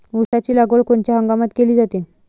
ऊसाची लागवड कोनच्या हंगामात केली जाते?